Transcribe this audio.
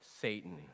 Satan